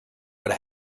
but